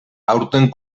aurten